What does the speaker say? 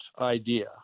idea